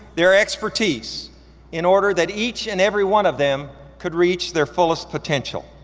their expertise in order that each and every one of them could reach their fullest potential.